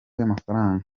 y’amafaranga